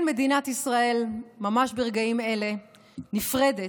כן, מדינת ישראל ממש ברגעים אלה נפרדת